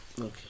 Okay